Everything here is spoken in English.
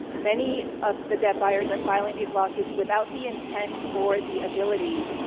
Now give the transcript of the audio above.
many of the debt buyers are filing these lawsuits without the intent or the ability,